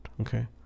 okay